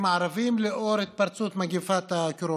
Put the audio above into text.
הערביים לנוכח התפרצות מגפת הקורונה,